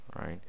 right